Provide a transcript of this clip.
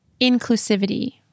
inclusivity